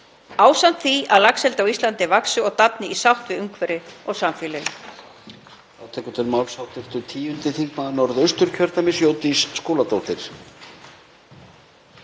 ásamt því að laxeldi á Íslandi vaxi og dafni í sátt við umhverfið og samfélögin.